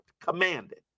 commanded